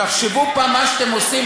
תחשבו פעם מה אתם עושים.